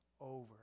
over